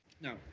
No